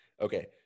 Okay